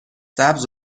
سبز